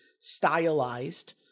stylized